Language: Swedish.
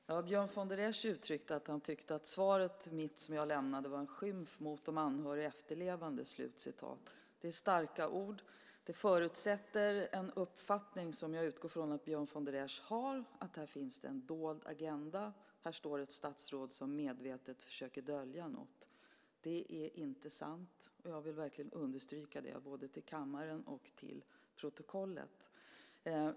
Herr talman! Björn von der Esch uttryckte att han tyckte att mitt svar var en skymf mot de efterlevande. Det är starka ord, och det förutsätter en uppfattning som jag utgår från att Björn von der Esch har, nämligen att det finns en dold agenda. Här står ett statsråd som medvetet försöker dölja något. Det är inte sant. Jag vill verkligen understryka det för kammaren och få det fört till protokollet.